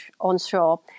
onshore